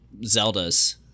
Zeldas